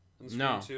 No